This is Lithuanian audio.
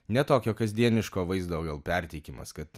ne tokio kasdieniško vaizdo gal perteikimas kad